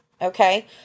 Okay